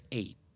eight